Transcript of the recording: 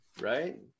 right